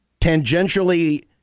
tangentially